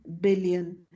billion